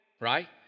right